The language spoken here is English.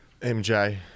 MJ